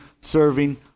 serving